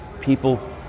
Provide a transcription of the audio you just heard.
people